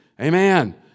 Amen